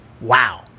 wow